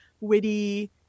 witty